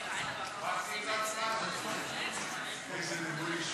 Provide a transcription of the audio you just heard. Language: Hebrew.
להעביר את הצעת חוק לעדכון אגרות,